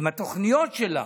עם התוכניות שלה,